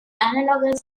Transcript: analogous